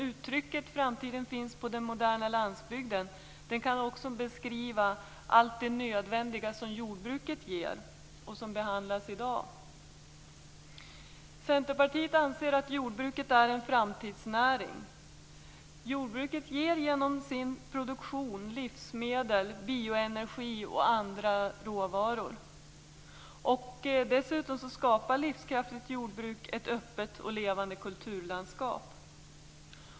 Uttrycket "Framtiden finns på den moderna landsbygden" kan också beskriva allt det nödvändiga som jordbruket ger, något som behandlas i dag. Vi i Centerpartiet anser att jordbruket är en framtidsnäring. Genom sin produktion ger jordbruket livsmedel, bioenergi och andra råvaror. Dessutom skapar ett livskraftigt jordbruk ett öppet och levande kulturlandskap.